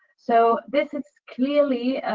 so, this is clearly